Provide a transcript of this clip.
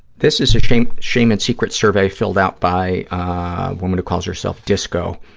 this is a shame shame and secrets survey filled out by a woman who calls herself disco.